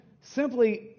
simply